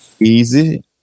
easy